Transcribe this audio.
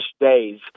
days